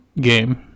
game